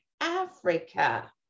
Africa